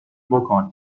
بکن